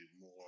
more